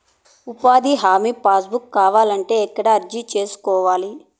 ఉపాధి హామీ పని బుక్ కావాలంటే ఎక్కడ అర్జీ సేసుకోవాలి?